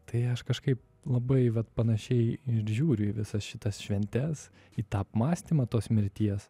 tai aš kažkaip labai vat panašiai ir žiūriu į visas šitas šventes į tą apmąstymą tos mirties